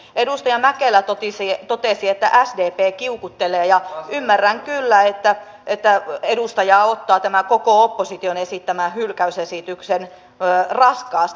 edustaja mäkelä totesi että sdp kiukuttelee ja ymmärrän kyllä että edustaja ottaa tämän koko opposition esittämän hylkäysesityksen raskaasti